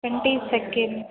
twenty second